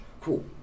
cool